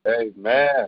Amen